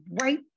right